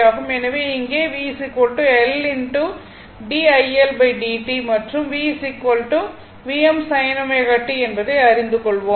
எனவே இங்கே V L diL dt மற்றும் V Vm sin ω t என்பதை அறிந்து கொள்வோம்